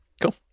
cool